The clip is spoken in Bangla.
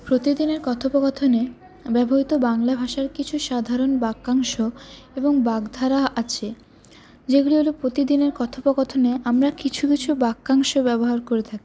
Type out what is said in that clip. প্রতিদিনের কথোপকথনে ব্যবহৃত বাংলা ভাষার কিছু সাধারণ বাক্যাংশ এবং বাগধারা আছে যেগুলি হল প্রতিদিনের কথোপকথনে আমরা কিছু কিছু বাক্যাংশ ব্যবহার করে থাকি